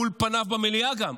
מול פניו במליאה גם,